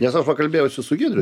nes aš pakalbėjau su giedriu